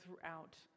throughout